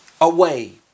away